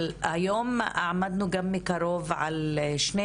אבל היום עמדנו גם מקרוב על שני